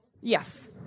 Yes